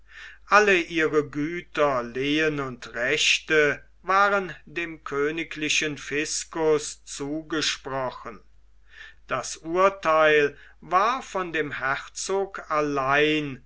alle ihre güter lehen und rechte waren dem königlichen fiscus zugesprochen das urtheil war von dem herzog allein